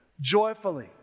joyfully